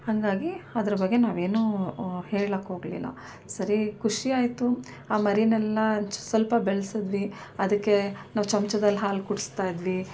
ಹಾಗಾಗಿ ಅದ್ರ ಬಗ್ಗೆ ನಾವೇನೂ ಹೇಳೋಕ್ ಹೋಗಲಿಲ್ಲ ಸರಿ ಖುಷಿಯಾಯ್ತು ಆ ಮರಿಯನ್ನೆಲ್ಲ ಸ್ವಲ್ಪ ಬೆಳ್ಸಿದ್ವಿ ಅದಕ್ಕೆ ನಾವು ಚಮ್ಚದಲ್ಲಿ ಹಾಲು ಕುಡಿಸ್ತಾ ಇದ್ವಿ